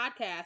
podcast